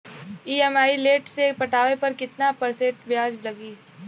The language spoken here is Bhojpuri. ई.एम.आई लेट से पटावे पर कितना परसेंट ब्याज लगी?